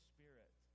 Spirit